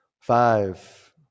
Five